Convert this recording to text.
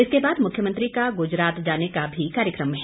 इसके बाद मुख्यमंत्री का गुजरात जाने का भी कार्यक्रम है